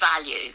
value